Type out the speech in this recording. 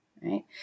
right